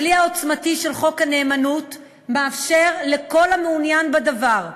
הכלי העוצמתי של חוק הנאמנות מאפשר לכל המעוניין בדבר,